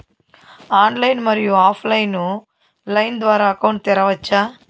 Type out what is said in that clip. Online, మరియు offline line ద్వారా account తెరవచ్చా?